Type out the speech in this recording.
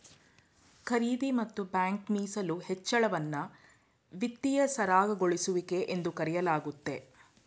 ಖರೀದಿ ಮತ್ತು ಬ್ಯಾಂಕ್ ಮೀಸಲು ಹೆಚ್ಚಳವನ್ನ ವಿತ್ತೀಯ ಸರಾಗಗೊಳಿಸುವಿಕೆ ಎಂದು ಕರೆಯಲಾಗುತ್ತೆ